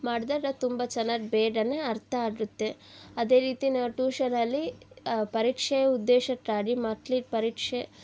ಮಾಡ್ದಾಗ ತುಂಬ ಚೆನ್ನಾಗಿ ಬೇಗನೇ ಅರ್ಥ ಆಗುತ್ತೆ ಅದೇ ರೀತಿ ನಾವು ಟೂಶನಲ್ಲಿ ಪರೀಕ್ಷೆಯ ಉದ್ದೇಶಕ್ಕಾಗಿ ಮಕ್ಳಿಗೆ ಪರೀಕ್ಷೆ